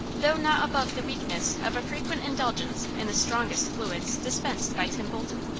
though not above the weakness of a frequent indulgence in the strongest fluids dispensed by tim bolton.